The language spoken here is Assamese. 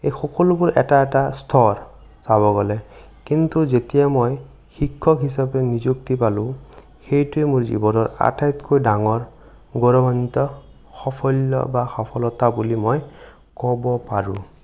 এই সকলোবোৰ এটা এটা স্তৰ চাব গ'লে কিন্তু যেতিয়া মই শিক্ষক হিচাপে নিযুক্তি পালোঁ সেইটোৱে মোৰ জীৱনৰ আটাইতকৈ ডাঙৰ গৌৰৱান্বিত সাফল্য বা সফলতা বুলি মই ক'ব পাৰোঁ